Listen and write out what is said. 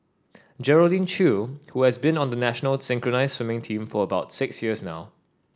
Geraldine Chew who has been on the national synchronised swimming team for about six years now